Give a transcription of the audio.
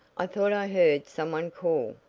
i thought i heard some one call,